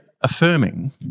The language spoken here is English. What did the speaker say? affirming